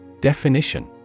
Definition